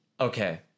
okay